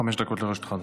חמש דקות לרשותך.